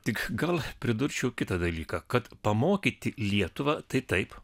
tik gal pridurčiau kitą dalyką kad pamokyti lietuvą tai taip